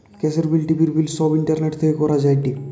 গ্যাসের বিল, টিভির বিল সব ইন্টারনেট থেকে করা যায়টে